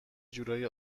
جورایی